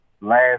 last